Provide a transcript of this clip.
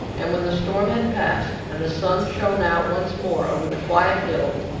and when the storm had passed, and the sun shone out once more over the quiet hills,